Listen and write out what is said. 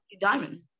Diamond